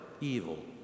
evil